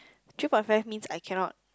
three point five means I cannot